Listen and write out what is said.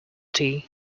tea